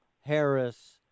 Harris